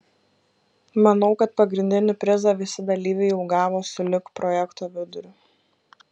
manau kad pagrindinį prizą visi dalyviai jau gavo sulig projekto viduriu